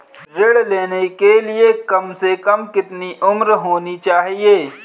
ऋण लेने के लिए कम से कम कितनी उम्र होनी चाहिए?